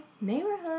neighborhood